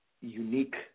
unique